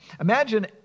Imagine